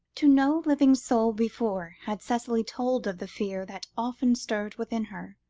to no living soul before, had cicely told of the fear that often stirred within her,